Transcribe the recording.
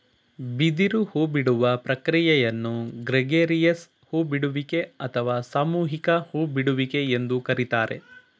ಬಿದಿರು ಹೂಬಿಡುವ ಪ್ರಕ್ರಿಯೆಯನ್ನು ಗ್ರೆಗೇರಿಯಸ್ ಹೂ ಬಿಡುವಿಕೆ ಅಥವಾ ಸಾಮೂಹಿಕ ಹೂ ಬಿಡುವಿಕೆ ಎಂದು ಕರಿತಾರೆ